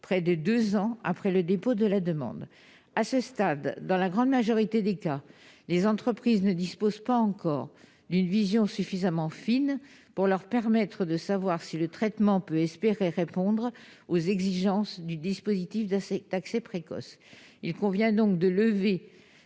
près de deux ans après le dépôt de la demande. À ce stade, dans la grande majorité des cas, les entreprises ne disposent pas encore d'une vision suffisamment fine pour leur permettre de savoir si le traitement peut répondre aux exigences du dispositif d'accès précoce. Il convient donc de lever